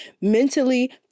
mentally